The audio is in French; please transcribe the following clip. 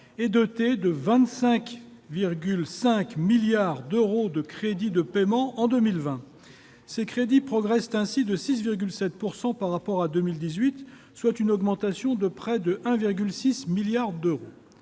est dotée de 25,5 milliards d'euros de crédits de paiement en 2020. Ces crédits progressent ainsi de 6,7 % par rapport à 2018, soit une augmentation de près de 1,6 milliard d'euros.